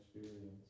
experience